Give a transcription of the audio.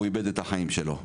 הוא איבד את החיים שלו,